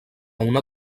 una